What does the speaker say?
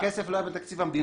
הכסף לא היה בתקציב המדינה,